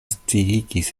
sciigis